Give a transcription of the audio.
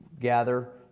gather